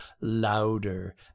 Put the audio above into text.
louder